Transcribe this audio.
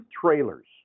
trailers